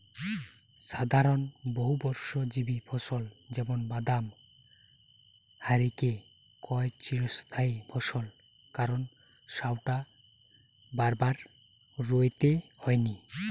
সাধারণত বহুবর্ষজীবী ফসল যেমন বাদাম হারিকে কয় চিরস্থায়ী ফসল কারণ সউটা বারবার রুইতে হয়নি